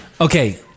Okay